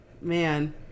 Man